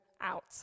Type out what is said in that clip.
out